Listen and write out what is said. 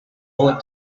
bullet